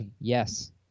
yes